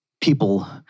people